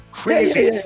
crazy